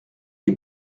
les